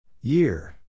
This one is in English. Year